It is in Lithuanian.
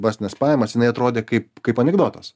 bazines pajamas jinai atrodė kaip kaip anekdotas